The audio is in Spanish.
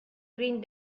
green